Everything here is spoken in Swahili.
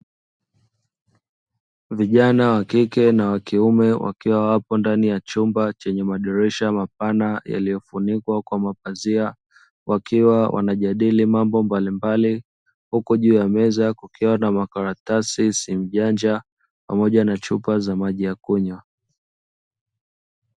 Vijana wa kike na wa kiume, wakiwa wapo ndani ya chumba chenye madirisha mapana, yaliyofunikwa kwa mapazia wakiwa wanajadili mambo mbalimbali huko juu ya meza kukiwa na makaratasi simujanja pamoja na chupa za maji ya kunywa.